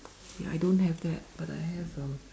ya I don't have that but I have um